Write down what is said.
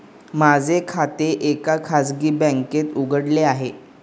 माझे खाते एका खाजगी बँकेत उघडले आहे